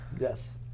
Yes